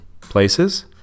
places